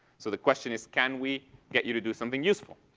so the question is, can we get you to do something useful?